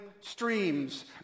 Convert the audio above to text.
streams